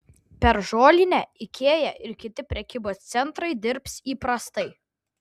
per žolinę ikea ir kiti prekybos centrai dirbs įprastai